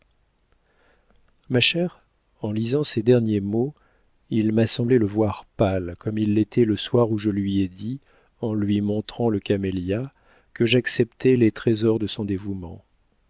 ma chère en lisant ces derniers mots il m'a semblé le voir pâle comme il l'était le soir où je lui ai dit en lui montrant le camélia que j'acceptais les trésors de son dévouement